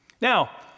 Now